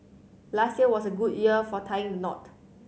last year was a good year for tying the knot